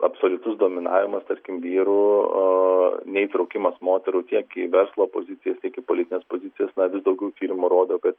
absoliutus dominavimas tarkim vyrų o neįtraukimas moterų tiek į verslo pozicijas tiek į politines pozicijas na vis daugiau tyrimų rodo kad